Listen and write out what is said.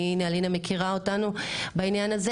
אלינה מכירה אותנו בעניין הזה,